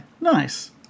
nice